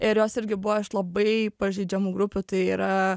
ir jos irgi buvo iš labai pažeidžiamų grupių tai yra